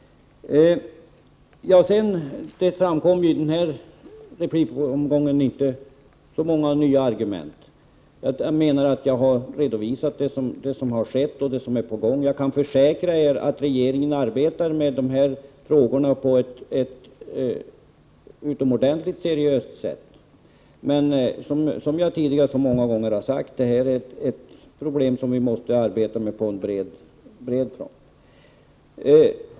I denna replikomgång framkom inte särskilt många nya argument. Jag menar att jag har redovisat vad som har skett och vad som är på gång. Jag kan försäkra er att regeringen arbetar med dessa frågor på ett utomordentligt seriöst sätt. Men, som jag har sagt flera gånger, är det fråga om problem som vi måste arbeta med på bred front.